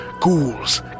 Ghouls